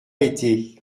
été